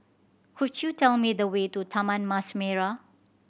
could you tell me the way to Taman Mas Merah